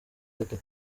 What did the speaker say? gute